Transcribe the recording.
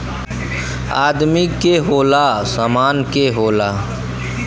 आदमी के होला, सामान के होला